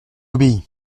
obéit